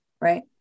right